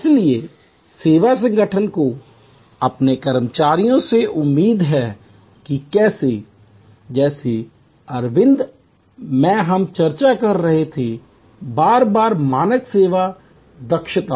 इसलिए सेवा संगठन को अपने कर्मचारियों से उम्मीद है कि जैसे अरविंद में हम चर्चा कर रहे थे बार बार मानक सेवा दक्षता